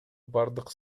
бардык